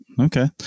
Okay